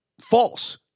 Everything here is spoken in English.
false